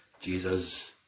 Jesus